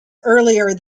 earlier